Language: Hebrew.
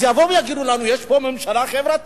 אז יבואו ויגידו לנו: יש פה ממשלה חברתית.